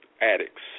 addicts